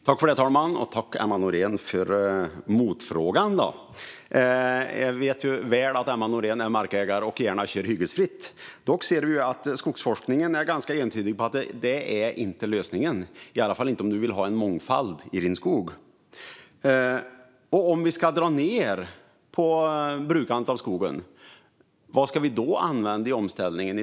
Herr talman! Jag tackar Emma Nohrén för motfrågan. Jag vet att Emma Nohrén är markägare och gärna kör hyggesfritt. Dock säger skogsforskningen ganska entydigt att det inte är lösningen, i alla fall inte om man vill ha en mångfald i sin skog. Om vi ska dra ned på skogsbruket, vad ska vi då i stället använda i omställningen?